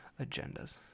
agendas